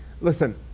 Listen